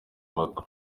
impaka